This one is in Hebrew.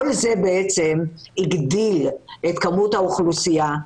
כל זה הגדיל את כמות האוכלוסייה.